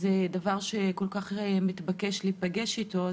זה דבר שכל כך מתבקש להיפגש איתו,